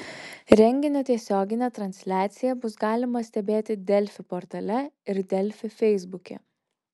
renginio tiesioginę transliaciją bus galima stebėti delfi portale ir delfi feisbuke